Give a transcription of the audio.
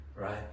right